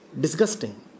disgusting